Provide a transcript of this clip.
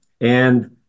And-